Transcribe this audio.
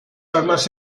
armas